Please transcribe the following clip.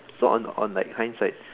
so on on like hindside